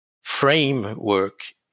framework